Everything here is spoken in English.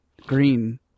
green